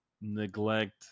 neglect